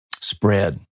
spread